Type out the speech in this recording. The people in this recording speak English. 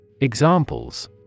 Examples